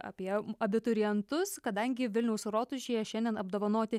apie abiturientus kadangi vilniaus rotušėje šiandien apdovanoti